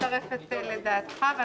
מצטרפת לדעתו של יעקב מרגי,